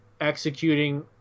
executing